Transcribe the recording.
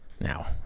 Now